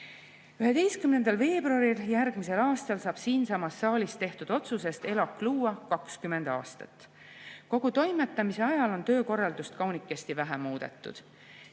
11. veebruaril saab siinsamas saalis tehtud otsusest ELAK luua 20 aastat. Kogu toimetamise ajal on töökorraldust kaunikesti vähe muudetud.